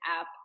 app